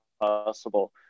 possible